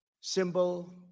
symbol